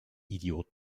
idiot